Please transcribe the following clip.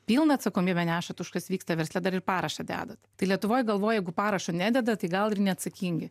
pilną atsakomybę nešat už kas vyksta versle dar ir parašą dedat tai lietuvoj galvoja jeigu parašo nededa tai gal ir neatsakingi